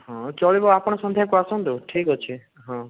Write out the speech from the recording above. ହଁ ଚଳିବ ଆପଣ ସନ୍ଧ୍ୟାକୁ ଆସନ୍ତୁ ଠିକ୍ ଅଛି ହଁ